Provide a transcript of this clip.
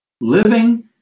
Living